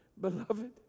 beloved